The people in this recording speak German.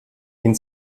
ihn